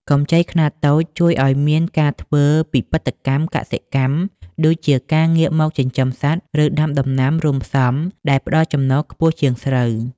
កម្ចីខ្នាតតូចជួយឱ្យមានការធ្វើពិពិធកម្មកសិកម្ម ដូចជាការងាកមកចិញ្ចឹមសត្វ ឬដាំដំណាំរួមផ្សំដែលផ្ដល់ចំណូលខ្ពស់ជាងស្រូវ។